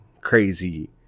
crazy